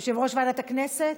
יושב-ראש ועדת הכנסת.